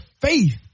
faith